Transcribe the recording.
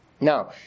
Now